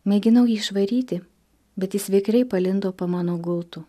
mėginau jį išvaryti bet jis vikriai palindo po mano gultu